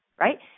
right